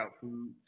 food